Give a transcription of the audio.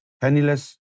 penniless